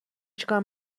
چیکار